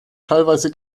teilweise